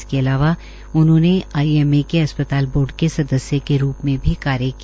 इसके अलावा उन्होंने आई एम ए के अस्पताल बोर्ड के सदस्य के रूप में कार्य किया